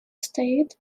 стоит